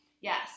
yes